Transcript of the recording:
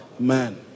man